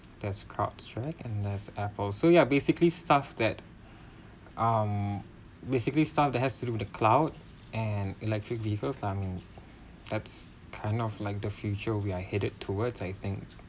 there's crowds track and there's Apple so ya basically stuff that um basically stuff that has to do the Cloud and electric vehicle I mean that's kind of like the future we are headed towards I think